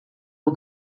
und